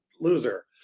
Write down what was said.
loser